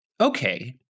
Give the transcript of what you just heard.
okay